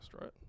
right